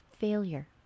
failure